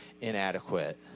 inadequate